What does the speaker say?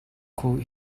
quote